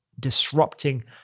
disrupting